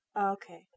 Okay